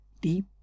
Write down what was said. Deep